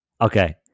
Okay